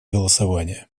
голосования